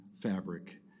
fabric